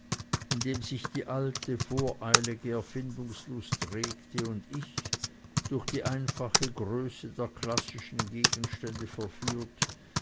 indem sich die alte voreilige erfindungslust regte und ich durch die einfache größe der klassischen gegenstände verführt